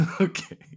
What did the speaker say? Okay